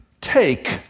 take